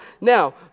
Now